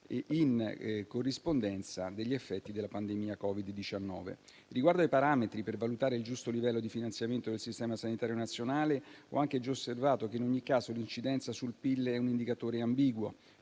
in corrispondenza degli effetti della pandemia Covid-19. Riguardo ai parametri per valutare il giusto livello di finanziamento del sistema sanitario nazionale ho anche già osservato che in ogni caso l'incidenza sul PIL è un indicatore ambiguo: